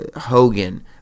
Hogan